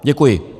Děkuji.